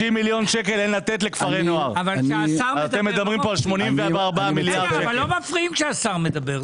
לתת לכפרי נוער ואתם מדברים פה- -- אבל לא מפריעים כשהשר מדבר.